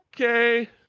okay